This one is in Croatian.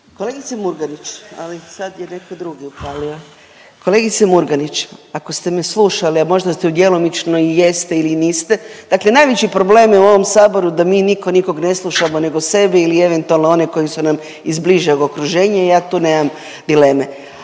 Kolegice Murganić ako ste me slušali, a možda ste djelomično jeste ili niste, dakle najveći problem je u ovom Saboru da mi niko nikog ne slušamo nego sebe ili eventualno one koji su nam iz bližeg okruženja i ja tu nemam dileme.